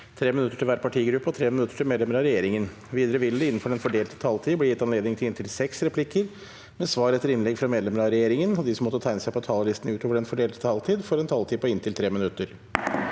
3 minutter til hver partigruppe og 3 minutter til medlemmer av regjeringen. Videre vil det – innenfor den fordelte taletid – bli gitt anledning til replikker med svar etter innlegg fra medlemmer av regjeringen, og de som måtte tegne seg på talerlisten utover den fordelte taletid, får også en taletid på inntil 3 minutter.